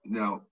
now